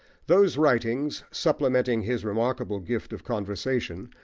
those writings, supplementing his remarkable gift of conversation,